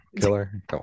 Killer